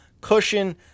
cushion